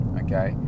okay